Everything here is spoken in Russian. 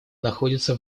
находится